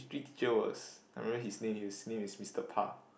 the teacher was I remember his name his name is Mister-Pah